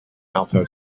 alto